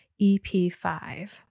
EP5